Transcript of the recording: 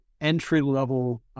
entry-level